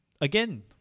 Again